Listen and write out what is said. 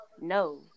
no